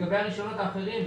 לגבי הרישיונות האחרים,